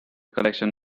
collection